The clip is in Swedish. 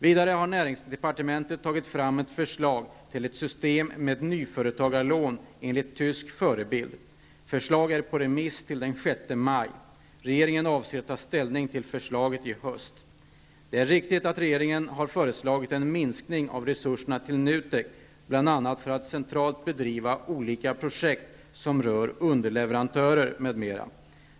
Vidare har näringsdepartementet tagit fram ett förslag till ett system med nyföretagarlån enligt tysk förebild. Förslaget är på remiss till den 6 maj. Regeringen avser att ta ställning till förslaget i höst. Det är riktigt att regeringen har föreslagit en minskning av resurserna till NUTEK bl.a. för att centralt bedriva olika projekt som rör underleverantörer m.m.